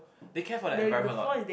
they care for their environment a lot